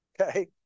okay